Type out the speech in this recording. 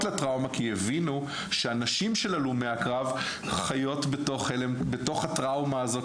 לטראומה כי הבינו שהנשים של הלומי הקרב חיות בתוך הטראומה הזאת,